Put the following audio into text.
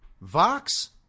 Vox